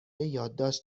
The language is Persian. یادداشت